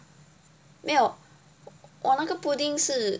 没有我那个 pudding 是